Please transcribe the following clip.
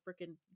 freaking